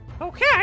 Okay